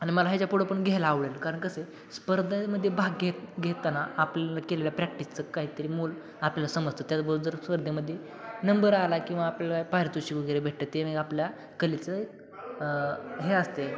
आणि मला ह्याच्यापुढं पण घ्यायला आवडेल कारण कसं स्पर्धामध्ये भाग घेत घेताना आपल्याला केलेल्या प्रॅक्टिसचं काहीतरी मोल आपल्याला समजतं त्याच्याबरोबर जर स्पर्धेमध्ये नंबर आला किंवा आपल्याला पारितोषिक वगैरे भेटतं ते मग आपल्या कलेचं हे असते